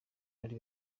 ari